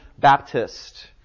Baptist